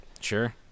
Sure